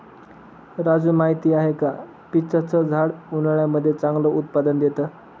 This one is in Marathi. राजू माहिती आहे का? पीच च झाड उन्हाळ्यामध्ये चांगलं उत्पादन देत